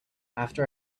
after